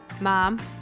mom